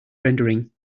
rendering